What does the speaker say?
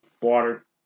Water